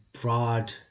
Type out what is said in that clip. broad